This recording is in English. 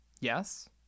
Yes